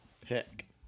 pick